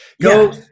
Go